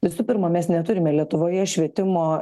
visų pirma mes neturime lietuvoje švietimo